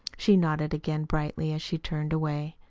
she nodded again brightly, as she turned away.